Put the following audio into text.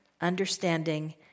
understanding